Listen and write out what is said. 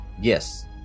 Yes